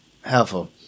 helpful